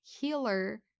healer